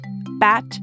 bat